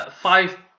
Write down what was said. five